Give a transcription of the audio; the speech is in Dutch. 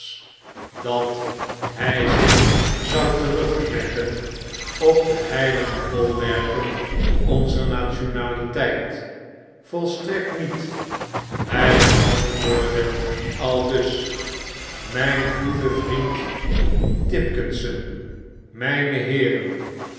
dat hij zich zou terugtrekken op de heilige bolwerken onzer nationaiiteit volstrekt niet hg antwoordde aldus mjngoede vriend tipkisson myne heeren